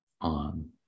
on